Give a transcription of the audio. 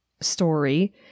story